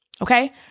Okay